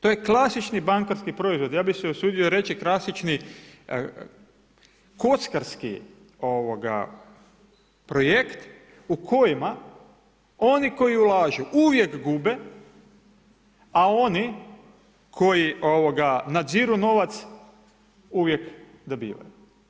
To je klasični bankarski proizvod, ja bih se usudio reći klasični kockarski projekt u kojima oni koji ulažu uvijek gube a oni koji nadziru novac uvijek dobivaju.